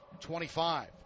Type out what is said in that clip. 25